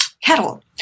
kettle